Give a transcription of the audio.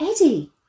Eddie